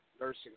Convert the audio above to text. nursing